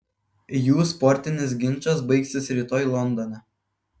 jų sportinis ginčas baigsis rytoj londone